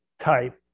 type